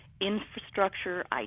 Infrastructure